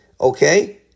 okay